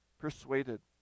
persuaded